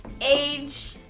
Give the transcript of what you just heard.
age